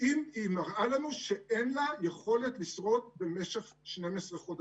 אם היא מראה לנו שאין לה יכולת לשרוד במשך 12 חודשים.